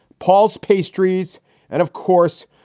paul's pastry's and of course,